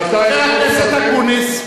שנתיים, חבר הכנסת אקוניס.